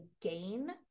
gain